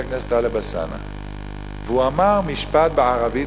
עמד פה עכשיו חבר הכנסת טלב אלסאנע ואמר משפט בערבית,